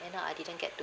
end up I didn't get to